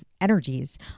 energies